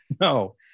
No